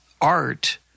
art